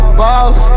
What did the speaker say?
boss